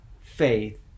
faith